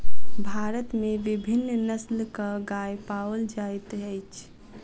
भारत में विभिन्न नस्लक गाय पाओल जाइत अछि